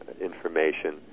information